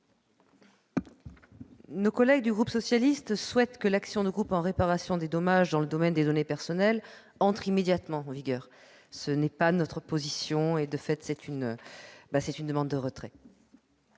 Nos collègues du groupe socialiste et républicain souhaitent que l'action de groupe en réparation des dommages dans le domaine des données personnelles entre immédiatement en vigueur. Ce n'est pas notre position. Par conséquent, la